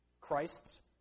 Christ's